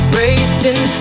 racing